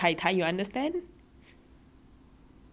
ya so what's the easiest way to be a tai tai